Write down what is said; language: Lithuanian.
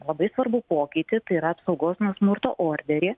labai svarbų pokytį tai yra apsaugos nuo smurto orderį